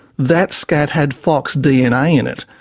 that scat had fox dna in it,